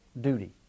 duty